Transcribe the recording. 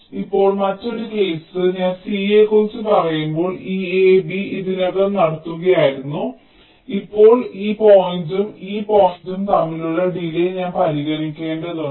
ഇപ്പോൾ മറ്റൊരു കേസ് ഞാൻ C യെക്കുറിച്ച് പറയുമ്പോൾ ഈ AB ഇതിനകം നടത്തുകയായിരുന്നു ഇപ്പോൾ ഈ പോയിന്റും ഈ പോയിന്റും തമ്മിലുള്ള ഡിലേയ് ഞാൻ പരിഗണിക്കേണ്ടതുണ്ട്